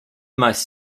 most